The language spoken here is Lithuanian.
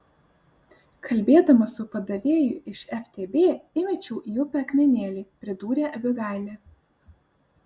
kalbėdama su padavėju iš ftb įmečiau į upę akmenėlį pridūrė abigailė